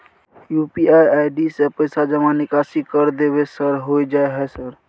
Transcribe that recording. UPI ID से पैसा जमा निकासी कर देबै सर होय जाय है सर?